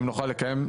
אם נוכל לקיים,